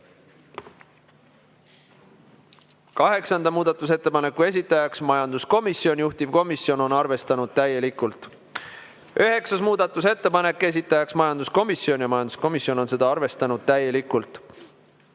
Kaheksanda muudatusettepaneku esitaja on majanduskomisjon, juhtivkomisjon on seda arvestanud täielikult. Üheksas muudatusettepanek, esitaja on majanduskomisjon ja majanduskomisjon on seda arvestanud täielikult.